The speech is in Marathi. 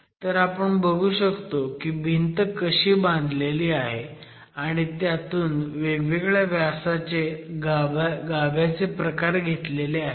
तर आपण बघू शकतो की भिंत कशी बांधलेली आहे आणि त्यातून वेगवेगळ्या व्यासाचे गाभ्याचे प्रकार घेतलेले आहेत